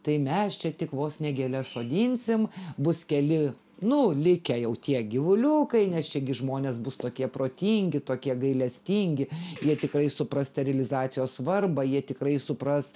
tai mes čia tik vos ne gėles sodinsim bus keli nu likę jau tiek gyvuliukai nes čia gi žmonės bus tokie protingi tokie gailestingi jie tikrai supras sterilizacijos svarbą jie tikrai supras